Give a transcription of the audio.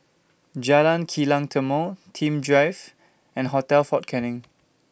Jalan Kilang Timor Nim Drive and Hotel Fort Canning